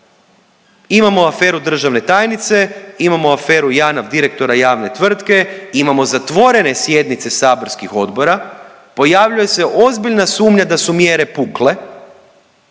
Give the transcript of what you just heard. imamo aferu državne tajnice, imamo aferu Janaf direktora javne tvrtke, imamo zatvorene sjednice saborskih odbora. Pojavljuje se ozbiljna sumnja da su mjere pukle,